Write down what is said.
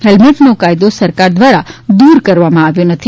હેલ્મેટનો કાયદો સરકાર દ્વારા દ્વરકરવામાં આવ્યો નથી